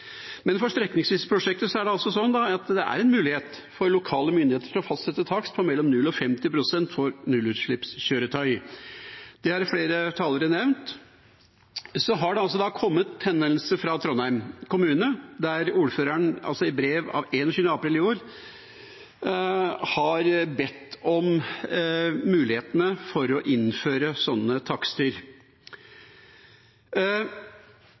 men for strekningsvise prosjekter er det en mulighet for lokale myndigheter til å fastsette takst på mellom 0 og 50 pst. for nullutslippskjøretøy. Det har flere talere nevnt. Så har det altså kommet en henvendelse fra Trondheim kommune, der ordføreren i brev av 21. april i år har bedt om at man ser på mulighetene for å innføre sånne takster,